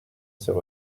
s’est